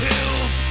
Hills